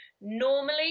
Normally